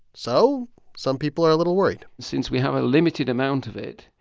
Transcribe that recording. so some people are a little worried since we have a limited amount of it,